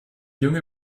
junge